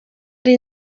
ari